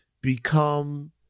become